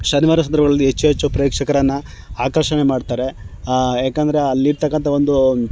ಶನಿವಾರ ಸಂದರ್ಭಗಳಲ್ಲಿ ಹೆಚ್ಚು ಹೆಚ್ಚು ಪ್ರೇಕ್ಷಕರನ್ನು ಆಕರ್ಷಣೆ ಮಾಡ್ತಾರೆ ಯಾಕೆಂದ್ರೆ ಅಲ್ಲಿರತಕ್ಕಂಥ ಒಂದು